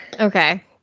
Okay